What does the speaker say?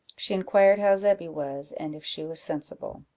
she inquired how zebby was, and if she was sensible.